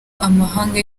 amahanga